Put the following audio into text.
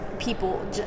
people